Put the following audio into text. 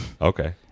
Okay